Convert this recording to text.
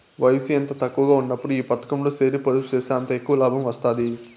వయసు ఎంత తక్కువగా ఉన్నప్పుడు ఈ పతకంలో సేరి పొదుపు సేస్తే అంత ఎక్కవ లాబం వస్తాది